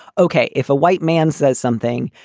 ok, if a white man says something,